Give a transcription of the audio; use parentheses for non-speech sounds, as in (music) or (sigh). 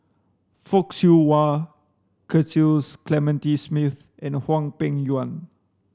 Fock Siew Wah (unintelligible) Clementi Smith and Hwang Peng Yuan